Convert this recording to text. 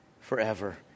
forever